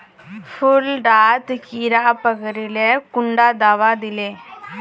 फुल डात कीड़ा पकरिले कुंडा दाबा दीले?